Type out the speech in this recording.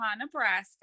nebraska